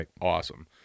awesome